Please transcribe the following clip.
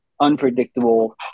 unpredictable